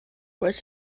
was